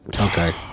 Okay